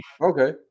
Okay